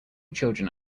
children